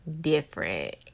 different